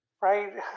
right